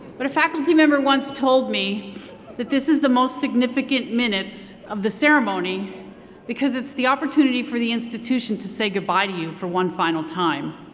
but a faculty member once told me that this is the most significant minutes of the ceremony because it's the opportunity for the institution to say goodbye to you for one final time.